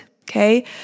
Okay